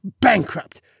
bankrupt